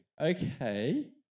okay